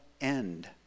end